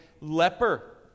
leper